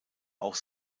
auch